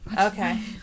okay